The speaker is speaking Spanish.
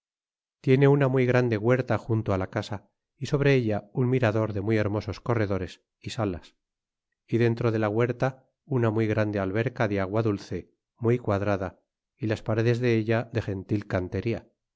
tiene una muy grande huerta junto la ca sa y sobre ella un mirador de muy hermosos corredores y sa las y dentro de la huerta una muy grande alberca de agua dula ce muy quadrada y las paredes de ella de gentil cantería